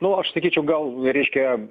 nu aš sakyčiau gal reiškia